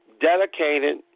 dedicated